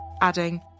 adding